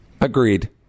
Agreed